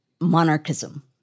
monarchism